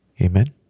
Amen